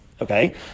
Okay